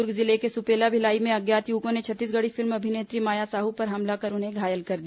दुर्ग जिले के सुपेला भिलाई में अज्ञात युवकों ने छत्तीसगढ़ी फिल्म अभिनेत्री माया साहू पर हमला कर उन्हें घायल कर दिया